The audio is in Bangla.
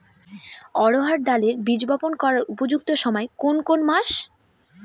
অড়হড় ডালের বীজ বপন করার উপযুক্ত সময় কোন কোন মাস?